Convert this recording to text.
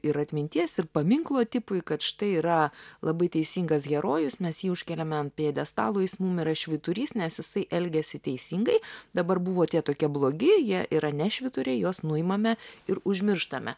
ir atminties ir paminklo tipui kad štai yra labai teisingas herojus mes jį užkeliame ant pjedestalo jis mums yra švyturys nes jisai elgiasi teisingai dabar buvo tie tokie blogi jie yra ne švyturiai juos nuimame ir užmirštame